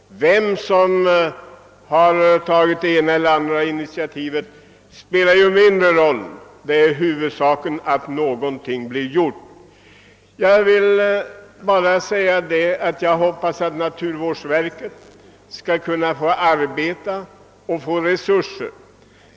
Vem som tagit det ena eller andra initiativet spelar mindre roll; huvudsaken är att någonting blir gjort. Jag hoppas nu att naturvårdsverket skall få tillräckliga resurser för sitt arbete.